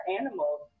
animals